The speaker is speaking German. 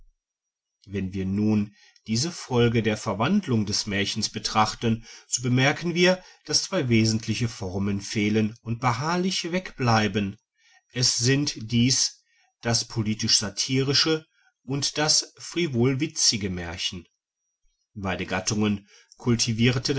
wenn wir nun diese folge der verwandlung des märchens betrachten so bemerken wir daß zwei wesentliche formen fehlen und beharrlich wegbleiben es sind dies das politischsatirische und das frivol witzige märchen beide gattungen kultivierte